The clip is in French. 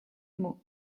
mots